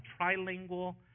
trilingual